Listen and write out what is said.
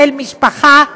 של משפחה,